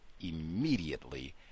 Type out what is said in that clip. Immediately